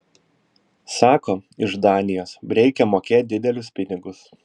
sako iš danijos reikia mokėt didelius pinigus